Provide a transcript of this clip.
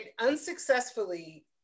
unsuccessfully